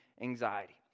anxiety